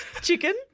Chicken